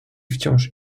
wciąż